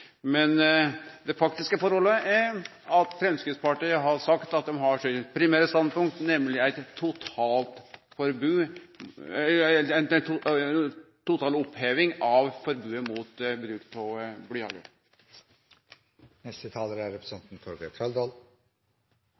faktiske forholdet er at Framstegspartiet har sagt at dei har sitt primære standpunkt, nemleg total oppheving av forbodet mot bruk av blyhagl. Jeg tar ordet for bare å svare saksordføreren. Det er